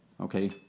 Okay